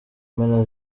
mpera